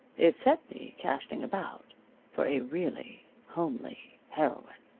it set me casting about for a really homely heroine.